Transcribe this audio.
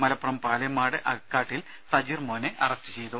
മലപ്പുറം പാലേമാട് അക്കാട്ടിൽ സജീർ മോനെ അറസ്റ്റ് ചെയ്തു